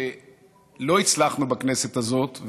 שלא הצלחנו בכנסת הזאת,